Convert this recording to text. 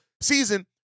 season